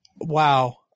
wow